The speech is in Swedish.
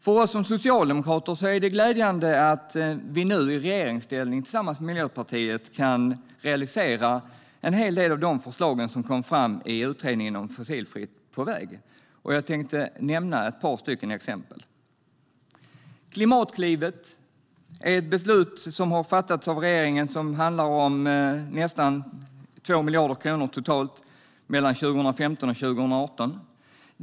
För oss socialdemokrater är det glädjande att vi nu i regeringsställning tillsammans med Miljöpartiet kan realisera en hel del av de förslag som kom fram i utredningen om fossilfrihet på väg. Jag tänkte nämna några exempel. Klimatklivet är en satsning som regeringen har fattat beslut om och som handlar om nästan 2 miljarder kronor totalt mellan 2015 och 2018.